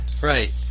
Right